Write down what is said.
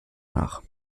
nach